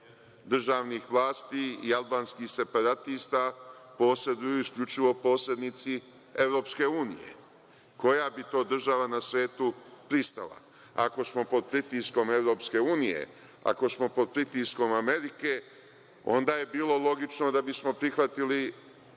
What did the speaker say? državnih vlasti i albanskih separatista poseduju isključivo posednici EU.Koja bi to država na svetu pristala ako smo pod pritiskom EU, ako smo pod pritiskom Amerike, onda je bilo logično da bi smo prihvatili